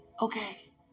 Okay